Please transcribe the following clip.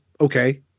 Okay